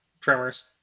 Tremors